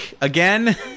again